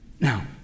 Now